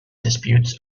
disputes